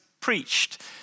preached